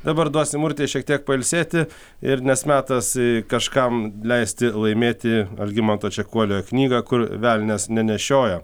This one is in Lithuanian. dabar duosim urtei šiek tiek pailsėti ir nes metas kažkam leisti laimėti algimanto čekuolio knygą kur velnias nenešiojo